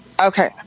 Okay